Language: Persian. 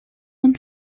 اون